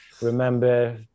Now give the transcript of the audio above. remember